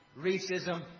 racism